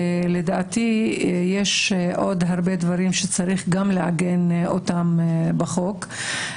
לדעתי יש עוד הרבה דברים שצריך גם לעגן אותם בחוק.